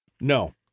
No